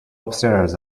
upstairs